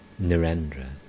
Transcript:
Narendra